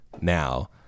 now